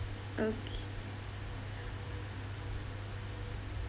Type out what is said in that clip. okay